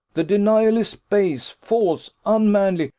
the denial is base, false, unmanly.